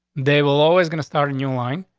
they will always gonna start in your line.